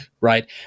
right